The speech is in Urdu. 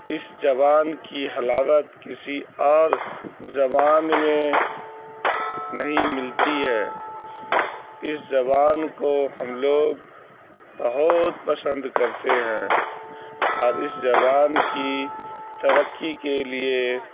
اس زبان کی حلاوت کسی اور زبان میں نہیں ملتی ہے اس زبان کو ہم لوگ بہت پسند کرتے ہیں اور اس زبان کی ترقی کے لیے